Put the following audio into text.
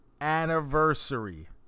anniversary